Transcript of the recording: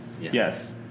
Yes